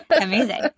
Amazing